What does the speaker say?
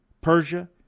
Persia